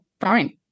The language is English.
fine